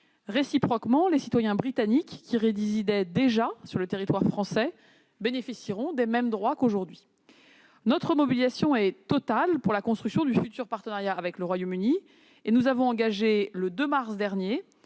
Réciproquement, les citoyens britanniques qui résidaient déjà sur le territoire français bénéficieront des mêmes droits qu'aujourd'hui. Notre mobilisation est totale pour la construction du futur partenariat avec le Royaume-Uni. Nous avons engagé le 2 mars dernier,